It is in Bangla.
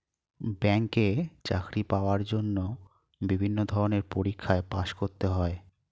ব্যাংকে চাকরি পাওয়ার জন্য বিভিন্ন ধরনের পরীক্ষায় পাস করতে হয়